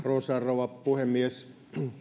arvoisa rouva puhemies